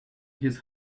his